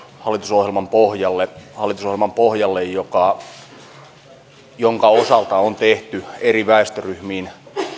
hallitusohjelman pohjalle hallitusohjelman pohjalle jonka osalta on tehty eri väestöryhmiin